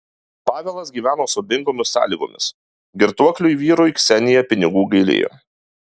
pavelas gyveno siaubingomis sąlygomis girtuokliui vyrui ksenija pinigų gailėjo